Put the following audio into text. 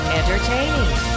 entertaining